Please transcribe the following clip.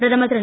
பிரதமர் திரு